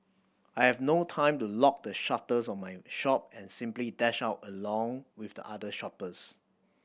I've no time to lock the shutters of my shop and simply dashed out along with the other shoppers